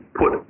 put